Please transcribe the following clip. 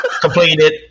completed